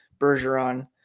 Bergeron